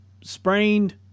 sprained